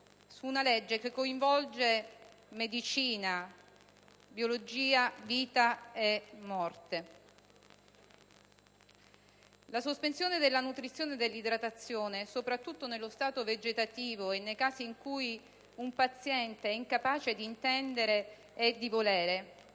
su una legge che coinvolge medicina, biologia, vita e morte. La sospensione della nutrizione e dell'idratazione, soprattutto nello stato vegetativo e nei casi in cui un paziente è incapace di intendere e di volere,